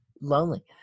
lonely